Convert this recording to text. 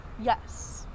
yes